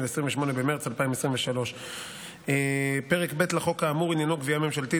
28 במרץ 2023. פרק ב' לחוק האמור עניינו גבייה ממשלתית,